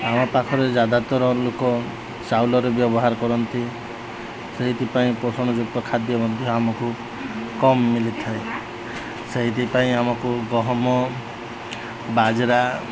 ଆମ ପାଖରେ ଜ୍ୟାଦାତର ଲୋକ ଚାଉଲରେ ବ୍ୟବହାର କରନ୍ତି ସେଇଥିପାଇଁ ପୋଷଣ ଯୁକ୍ତ ଖାଦ୍ୟ ମଧ୍ୟ ଆମକୁ କମ୍ ମିଲିଥାଏ ସେଇଥିପାଇଁ ଆମକୁ ଗହମ ବାଜରା